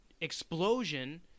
explosion